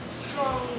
strong